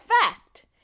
fact